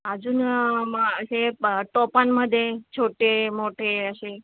अजून मग असे प टोपांमध्ये छोटे मोठे असे